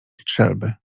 strzelby